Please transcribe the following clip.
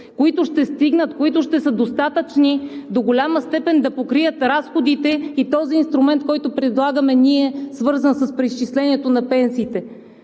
които ще стигнат, които ще са достатъчни до голяма степен да покрият разходите и този инструмент, който предлагаме ние, свързан с преизчислението на пенсиите.